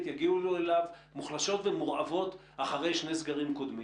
יגיעו אליו מוחלשות ומורעבות אחרי שני סגרים קודמים.